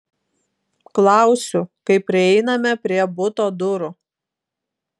klausiu kai prieiname prie buto durų